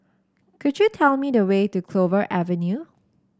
could you tell me the way to Clover Avenue